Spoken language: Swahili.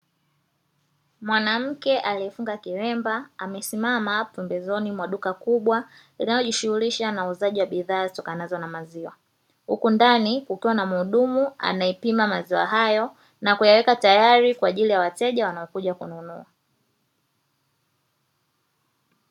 Mwanamke aliyefunga kilemba amesimama pembezoni mwa duka kubwa linalojishughulisha na uuzaji wa bidhaa zitokanazo na maziwa, huku ndani kukiwa na mhudumu anayepima maziwa hayo na kuyaweka tayari kwa ajili ya wateja wanaokuja kununua.